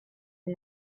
and